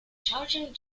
changing